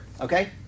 okay